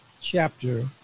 chapter